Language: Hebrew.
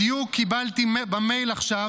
בדיוק קיבלתי במייל עכשיו